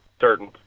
certain